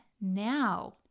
Now